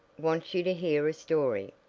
wants you to hear a story.